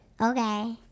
Okay